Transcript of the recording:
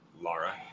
Laura